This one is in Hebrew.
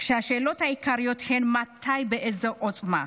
כשהשאלות העיקריות הן מתי ובאיזו עוצמה.